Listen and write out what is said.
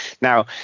Now